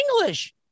English